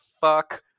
fuck